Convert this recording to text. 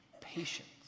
patience